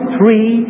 three